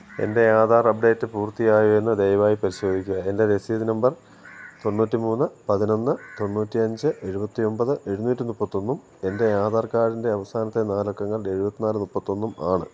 എൻ്റെ ആധാർ അപ്ഡേറ്റ് പൂർത്തിയായോ എന്ന് ദയവായി പരിശോധിക്കുക എൻ്റെ രസീത് നമ്പർ തൊണ്ണൂറ്റി മൂന്ന് പതിനൊന്ന് തൊണ്ണൂറ്റി അഞ്ച് എഴുപത്തി ഒമ്പത് എഴുനൂറ്റി മുപ്പത്തി ഒന്നും എൻ്റെ ആധാർ കാർഡിൻ്റെ അവസാനത്തെ നാല് അക്കങ്ങൾ എഴുപത്തി നാല് മുപ്പത്തി ഒന്നും ആണ്